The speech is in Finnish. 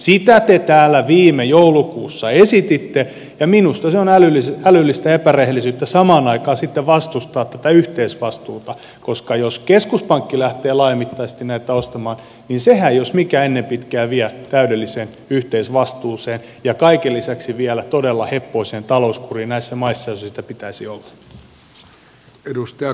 sitä te täällä viime joulukuussa esititte ja minusta on älyllistä epärehellisyyttä samaan aikaan sitten vastustaa tätä yhteisvastuuta koska jos keskuspankki lähtee laajamittaisesti näitä ostamaan niin sehän jos mikä ennen pitkää vie täydelliseen yhteisvastuuseen ja kaiken lisäksi vielä todella heppoiseen talouskuriin näissä maissa joissa sitä pitäisi olla